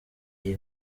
iyi